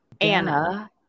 Anna